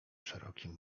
szerokim